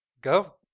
go